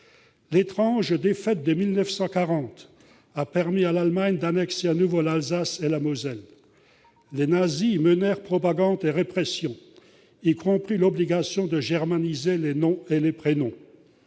L'étrange défaite de 1940 a permis à l'Allemagne d'annexer de nouveau l'Alsace et la Moselle. Les nazis y menèrent propagande et répression, imposant l'obligation de germaniser les noms et les prénoms.